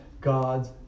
God's